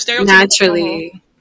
naturally